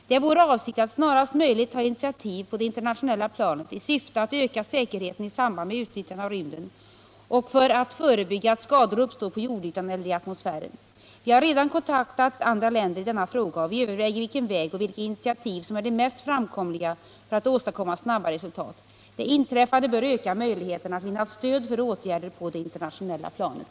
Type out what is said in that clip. Det är vår avsikt att snarast möjligt ta initiativ på det internationella planet i syfte att öka säkerheten i samband med utnyttjandet av rymden och för att förebygga att skador uppstår på jordytan eller i atmosfären. Vi har redan kontaktat andra länder i denna fråga, och vi överväger vilken väg och vilka initiativ som är de mest framkomliga för att åstadkomma snabba resultat. Det inträffade bör öka möjligheterna att vinna stöd för åtgärder på det internationella planet.